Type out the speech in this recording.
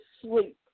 sleep